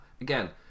Again